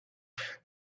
für